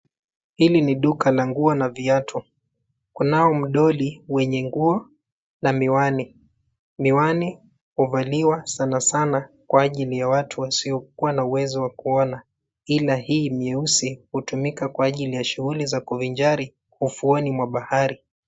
Hili ni duka la nguo na viatu. kunao mdoli wenye nguo na miwani. Miwani huvaliwa sana sana kwa ajili ya watu wasiokuwa na uwezo wa kuona .Ila hii mieusi hutumika kwa ajili ya shughuli za kuvinjari, ufuoni mwa bahari.